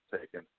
taken